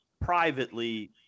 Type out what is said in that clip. privately